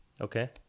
Okay